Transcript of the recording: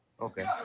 Okay